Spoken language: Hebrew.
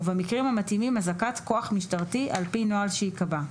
ובמקרים המתאימים הזעקת כוח משטרתי על פי נוהל שייקבע,